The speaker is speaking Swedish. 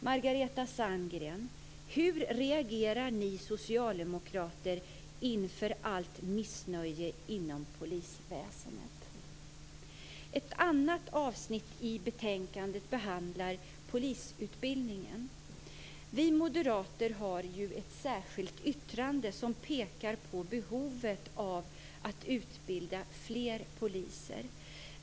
Margareta Sandgren, hur reagerar ni socialdemokrater på allt missnöje inom polisväsendet? Ett annat avsnitt i betänkandet behandlar polisutbildningen. Vi moderater har ju ett särskilt yttrande som pekar på behovet av att utbilda fler poliser.